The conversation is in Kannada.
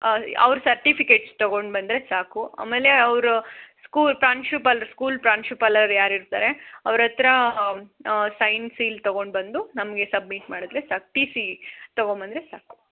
ಅವ್ರ ಸರ್ಟಿಫಿಕೇಟ್ಸ್ ತಗೊಂಡು ಬಂದರೆ ಸಾಕು ಆಮೇಲೆ ಅವ್ರ ಸ್ಕೂಲ್ ಪ್ರಾಂಶುಪಾಲರ ಸ್ಕೂಲ್ ಪ್ರಾಂಶುಪಾಲರು ಯಾರು ಇರ್ತಾರೆ ಅವರತ್ರ ಸೈನ್ ಸೀಲ್ ತಗೊಂಡು ಬಂದು ನಮಗೆ ಸಬ್ಮಿಟ್ ಮಾಡಿದರೆ ಸಾಕು ಟಿ ಸಿ ತಗೊಂಡು ಬಂದರೆ ಸಾಕು